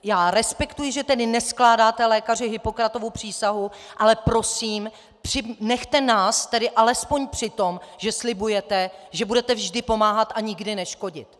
Já respektuji, že tedy neskládáte, lékaři, Hippokratovu přísahu, ale prosím, nechte nás tedy alespoň při tom, že slibujete, že budete vždy pomáhat a nikdy neškodit.